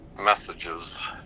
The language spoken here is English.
messages